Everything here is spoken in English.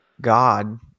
God